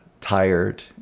tired